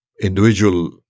individual